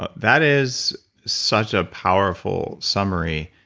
ah that is such a powerful summary.